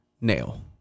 nail